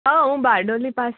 હા હું બારડોલી પાસે